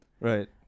right